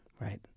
right